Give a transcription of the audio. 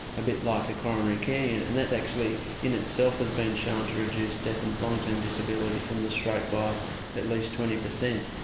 a bit like a coronary care unit. and and that's actually in itself has been shown to reduce death and long term disability from the stroke by at least twenty percent.